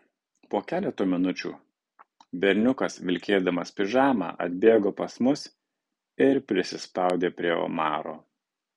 po keleto minučių berniukas vilkėdamas pižamą atbėgo pas mus ir prisispaudė prie omaro